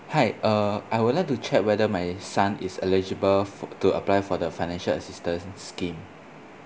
hi uh I would like to check whether my son is eligible for to apply for the financial assistance scheme